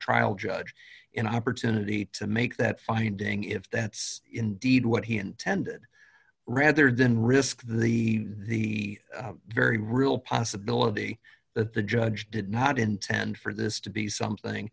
trial judge an opportunity to make that finding if that's indeed what he intended rather than risk the the very real possibility that the judge did not intend for this to be something